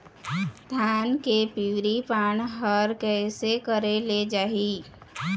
धान के पिवरी पान हर कइसे करेले जाही?